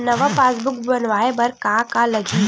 नवा पासबुक बनवाय बर का का लगही?